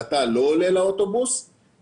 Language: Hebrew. וזה שיש אוטובוסים לא מונגשים,